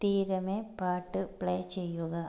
തീരമേ പാട്ട് പ്ലേ ചെയ്യുക